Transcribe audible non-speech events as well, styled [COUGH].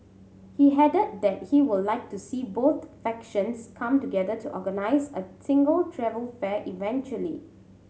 he [UNINTELLIGIBLE] that he would like to see both factions come together to organise a single travel fair eventually